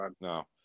No